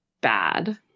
bad